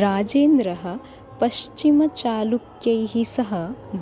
राजेन्द्रः पश्चिमचालुक्यैः सह